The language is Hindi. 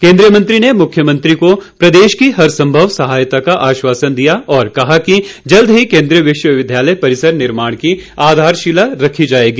केंद्रीय मंत्री ने मुख्यमंत्री को प्रदेश की हर संभव सहायता का आश्वासन दिया और कहा कि जल्द ही केन्द्रीय विश्वविद्यालय परिसर निर्माण की आधारशिला रखी जाएगी